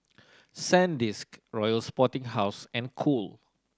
Sandisk Royal Sporting House and Cool